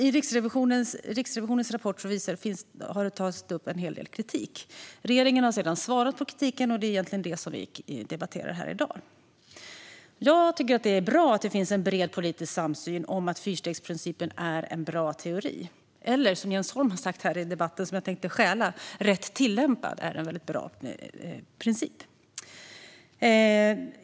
I Riksrevisionens rapport tas det upp en hel del kritik. Regeringen har sedan svarat på kritiken, och det är egentligen det som vi debatterar här i dag. Jag tycker att det är bra att det finns en bred politisk samsyn om att fyrstegsprincipen är bra i teorin eller, som Jens Holm sa här i debatten och som jag tänker stjäla, att den rätt tillämpad är en väldigt bra princip.